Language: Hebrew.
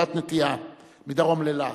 עבודות נטיעה מדרום לרהט.